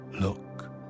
Look